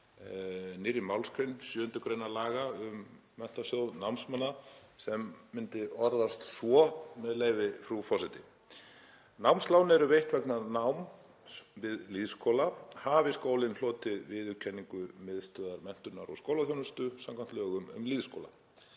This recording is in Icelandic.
nýrri málsgrein í 7. gr. laga um Menntasjóð námsmanna sem myndi orðast svo, með leyfi frú forseta: „Námslán eru veitt vegna náms við lýðskóla hafi skólinn hlotið viðurkenningu Miðstöðvar menntunar og skólaþjónustu samkvæmt lögum um lýðskóla.